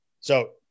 So-